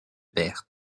bert